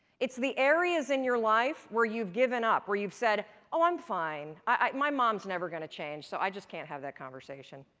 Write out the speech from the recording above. it's the areas in your life where you've given up. where you've said, oh, i'm fine. my mom's never going to change, so i just can't have that conversation.